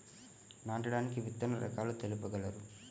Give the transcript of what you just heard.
నాటడానికి విత్తన రకాలు తెలుపగలరు?